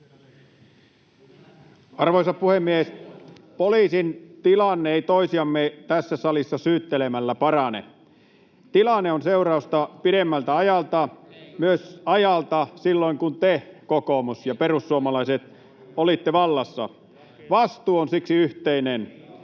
Arvoisa puhemies! Poliisin tilanne ei toisiamme tässä salissa syyttelemällä parane. Tilanne on seurausta pidemmältä ajalta, myös siltä ajalta, kun te, kokoomus ja perussuomalaiset, olitte vallassa. Vastuu on siksi yhteinen.